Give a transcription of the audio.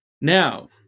Now